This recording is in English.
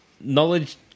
Knowledge